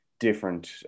different